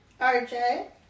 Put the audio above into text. RJ